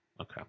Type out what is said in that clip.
Okay